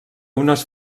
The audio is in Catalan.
unes